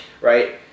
Right